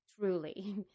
truly